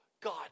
God